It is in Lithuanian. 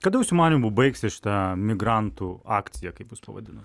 kada jūsų manymuų baigsis šita migrantų akcija kaip jūs pavadinot